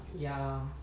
ya